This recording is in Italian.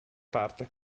parte